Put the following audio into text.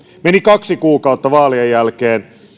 meni kaksi kuukautta vaalien jälkeen